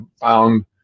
found